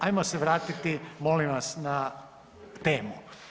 Ajmo se vratiti molim vas na temu.